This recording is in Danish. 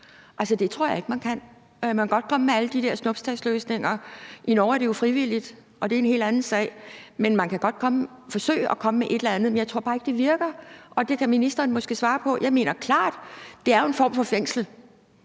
det tror jeg ikke man kan gøre. Man kan godt komme med alle de der snuptagsløsninger. I Norge er det jo frivilligt, og det er en helt anden sag, og man kan godt forsøge at komme med et eller andet. Men jeg tror bare ikke, det virker, og det kan ministeren måske svare på. Jeg mener klart, at det er en form for fængsel,